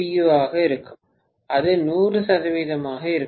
u ஆக இருக்கும் அது 100 சதவீதமாக இருக்கும்